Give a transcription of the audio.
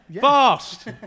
Fast